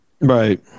right